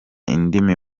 indimi